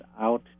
out